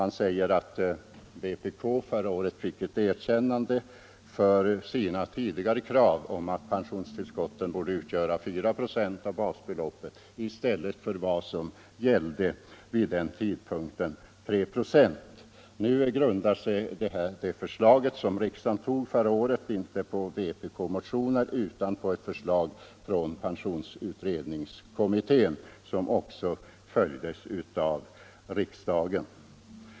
Han säger att vpk förra året fick gehör för sina tidigare krav att pensionstillskotten borde utgöra 4 96 av basbeloppet i stället för 3 96. Det förslag som riksdagen antog förra året grundar sig inte på vpk-motioner utan på förslag från pensionsålderskommittén, som följdes av riksdagen.